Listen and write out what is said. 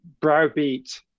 browbeat